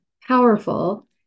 powerful